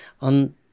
on